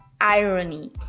irony